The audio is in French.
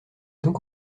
donc